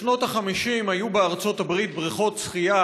בשנות ה-50 היו בארצות הברית בריכות שחייה